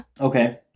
Okay